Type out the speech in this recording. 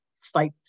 fight